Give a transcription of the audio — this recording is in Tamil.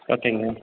ஓகேங்க